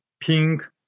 pink